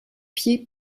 pieds